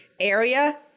area